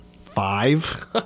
five